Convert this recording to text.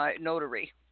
notary